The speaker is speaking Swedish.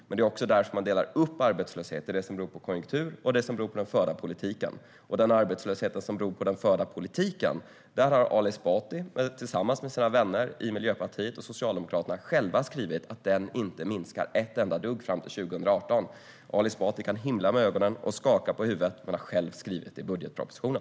Men man delar upp arbetslöshet i det som beror på konjunktur och det som beror på den förda politiken, och när det gäller den arbetslöshet som beror på den förda politiken har Ali Esbati och hans vänner Miljöpartiet och Socialdemokraterna själva skrivit att den inte minskar ett enda dugg fram till 2018. Ali Esbati kan himla med ögonen och skaka på huvudet, men han har själv skrivit det i budgetpropositionen.